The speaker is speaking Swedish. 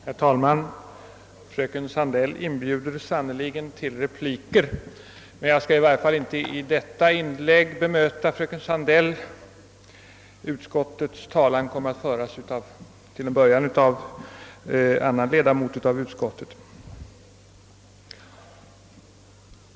Herr talman! Fröken Sandell inbjuder sannerligen till repliker, men jag skall inte, åtminstone inte i detta inlägg, bemöta henne. Utskottets talan kommer till en början att föras av annan ledamot av utskottet.